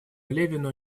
левину